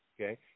Okay